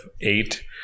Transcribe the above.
eight